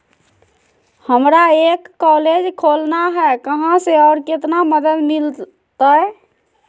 हमरा एक कॉलेज खोलना है, कहा से और कितना मदद मिलतैय?